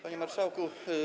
Panie Marszałku!